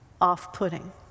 off-putting